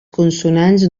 consonants